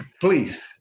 please